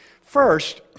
First